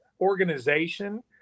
organization